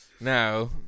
Now